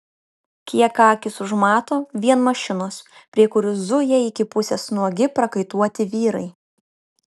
kiek akys užmato vien mašinos prie kurių zuja iki pusės nuogi prakaituoti vyrai